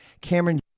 Cameron